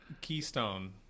keystone